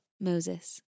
Moses